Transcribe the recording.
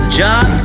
job